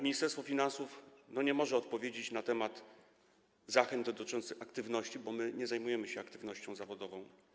Ministerstwo Finansów nie może odpowiedzieć na temat zachęt dotyczących aktywności, bo my nie zajmujemy się aktywnością zawodową.